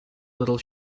little